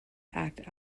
act